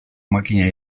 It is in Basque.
makina